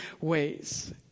ways